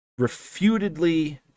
refutedly